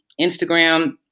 instagram